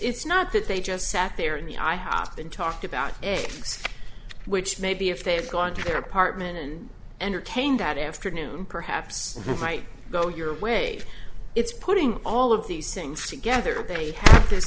it's not that they just sat there in the i hopped in talked about ethics which maybe if they had gone to their apartment and entertained that afternoon perhaps might go your way it's putting all of these things together they had this